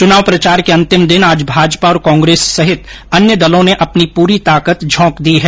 चुनाव प्रचार के अंतिम दिन आज भाजपा और कांग्रेस सहित अन्य दलों ने अपनी पूरी ताकत झोंक दी है